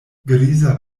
griza